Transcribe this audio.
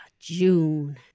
June